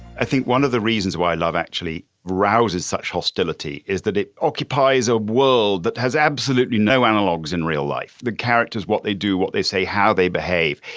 i think one of the reasons why love actually rouse's such hostility is that it occupies a world that has absolutely no analogues in real life. the characters, what they do, what they say, how they behave.